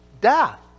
death